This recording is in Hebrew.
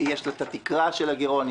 יש לה את התקרה של הגירעון.